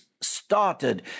started